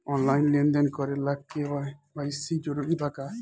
Online लेन देन करे ला के.वाइ.सी जरूरी बा का?